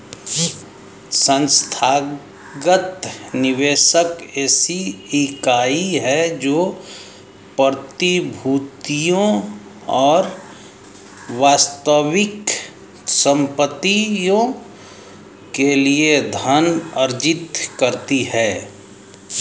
संस्थागत निवेशक ऐसी इकाई है जो प्रतिभूतियों और वास्तविक संपत्तियों के लिए धन अर्जित करती है